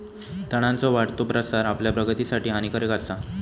तणांचो वाढतो प्रसार आपल्या प्रगतीसाठी हानिकारक आसा